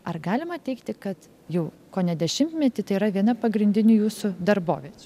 ar galima teigti kad jau kone dešimtmetį tai yra viena pagrindinių jūsų darboviečių